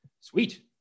Sweet